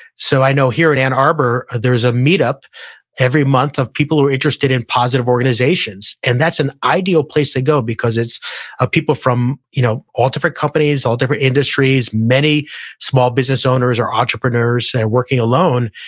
so, i know here in ann arbor, there's a meetup every month of people who are interested in positive organizations. and that's an ideal place to go because it's ah people from you know all different companies, all different industries, many small business owners or entrepreneurs that are working alone,